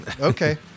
okay